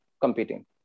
competing